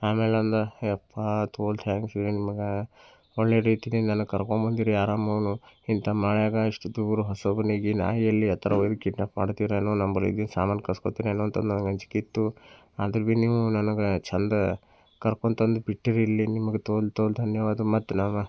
ಆಮೇಲೆ ಅಂದ ಯಪ್ಪಾ ತೋಳ್ ಥ್ಯಾಂಕ್ ಯು ನಿಮ್ಗೆ ಒಳ್ಳೆ ರೀತಿಲಿ ನನಗೆ ಕರ್ಕೊಂಡು ಬಂದಿರಿ ಆರಾಮ್ ಇಂಥ ಮಳೆಯಾಗ ಇಷ್ಟು ದೂರ ಹೊಸ ಮನೆಗೆ ನಾನು ಎಲ್ಲಿ ಆ ಥರ ಒಯ್ದು ಕಿಡ್ನ್ಯಾಪ್ ಮಾಡ್ತಿರೋ ಏನೋ ನಮ್ಮ ಬಳಿಗೆ ಸಾಮಾನು ಕಸ್ಕೊಳ್ತೀರಿ ಏನು ಅಂತ ನಂಗೆ ಅಂಜಿಕೆ ಇತ್ತು ಅದು ಬಿ ನೀವು ನನ್ಗೆ ಚೆಂದ ಕರ್ಕೊಂಡು ತಂದು ಬಿಟ್ಟಿರಿ ಇಲ್ಲಿ ನಿಮ್ಗೆ ತೋಳ್ ತೋಳ್ ಧನ್ಯವಾದ ಮತ್ತು ನಮ್ಮ